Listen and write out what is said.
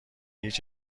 هیچ